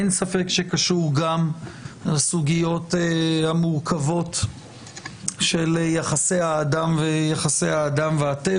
אין ספק שקשור גם לסוגיות המורכבות של יחסי האדם והטבע,